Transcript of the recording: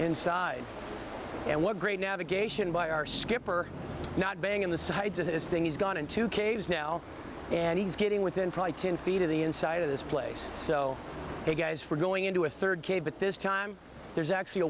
inside and what great navigation by our skipper not being on the sides of this thing he's gone into caves now and he's getting within probably ten feet of the inside of this place so they guys were going into a third cave but this time there's actually a